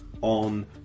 on